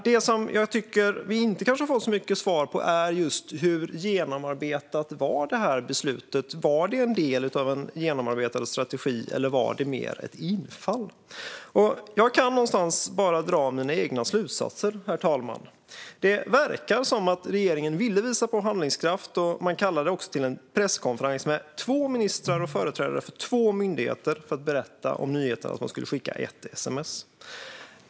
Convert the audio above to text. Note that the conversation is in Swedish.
Det som jag tycker att vi kanske inte har fått så mycket svar på är: Hur genomarbetat var detta beslut? Var det en del av en genomarbetad strategi, eller var det mer ett infall? Jag kan bara dra mina egna slutsatser, herr talman. Det verkar som att regeringen ville visa på handlingskraft. Man kallade också till en presskonferens med två ministrar och företrädare för två myndigheter för att berätta om nyheten att man skulle skicka ett sms.